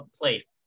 place